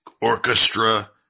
orchestra